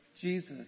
Jesus